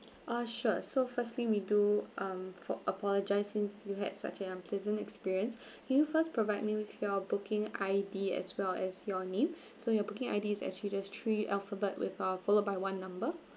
uh sure so firstly we do um for apologise since you had such an unpleasant experience can you first provide me with your booking I_D as well as your name so your booking I_D is actually there's three alphabet with uh followed by one number